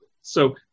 So-